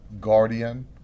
guardian